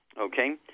Okay